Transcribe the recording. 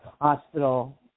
hospital